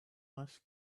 ice